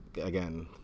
again